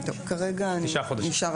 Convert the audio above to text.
כרגע מה?